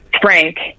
frank